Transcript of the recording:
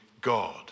God